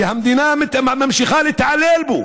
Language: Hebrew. ושהמדינה ממשיכה להתעלל בו,